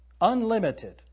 Unlimited